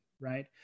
right